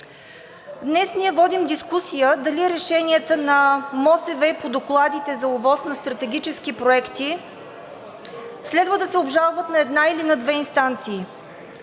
Днес ние водим дискусия дали решенията на МОСВ по докладите за ОВОС на стратегически проекти следва да се обжалват на една или на две инстанции,